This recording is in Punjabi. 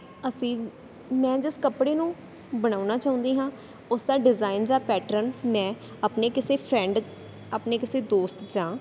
ਅਸੀਂ ਮੈਂ ਜਿਸ ਕੱਪੜੇ ਨੂੰ ਬਣਾਉਣਾ ਚਾਹੁੰਦੀ ਹਾਂ ਉਸ ਦਾ ਡਿਜ਼ਾਇਨ ਜਾਂ ਪੈਟਰਨ ਮੈਂ ਆਪਣੇ ਕਿਸੇ ਫਰੈਂਡ ਆਪਣੇ ਕਿਸੇ ਦੋਸਤ ਜਾਂ